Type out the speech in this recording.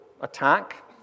attack